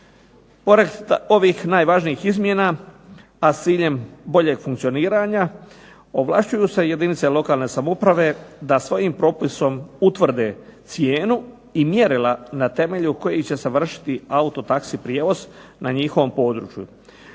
Pored ovih najvažnijih izmjena a s ciljem boljeg funkcioniranja ovlašćuju se jedinice lokalne samouprave da svojim propisom utvrde cijenu i mjerila na temelju kojih će se vršiti auto taxi prijevoz na njihovom području.